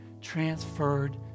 transferred